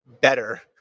better